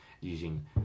using